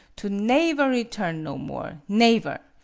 to naever return no more naever.